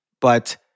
But-